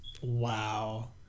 wow